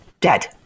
dead